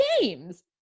games